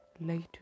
later